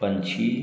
पंछी